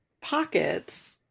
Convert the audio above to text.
pockets